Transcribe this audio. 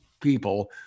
people